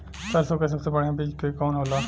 सरसों क सबसे बढ़िया बिज के कवन होला?